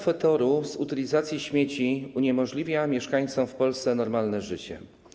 Fetor z utylizacji śmieci uniemożliwia mieszkańcom w Polsce normalne życie.